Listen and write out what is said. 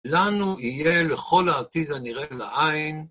לנו יהיה לכל העתיד הנראה לעין